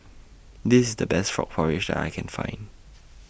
This The Best Frog Porridge I Can Find